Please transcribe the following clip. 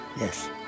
yes